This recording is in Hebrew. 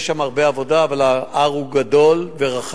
יש שם הרבה עבודה, אבל ההר הוא גדול ורחב,